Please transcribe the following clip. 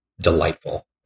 delightful